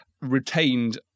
retained